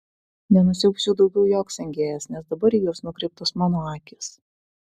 nenusiaubs jų daugiau joks engėjas nes dabar į juos nukreiptos mano akys